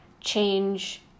change